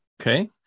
Okay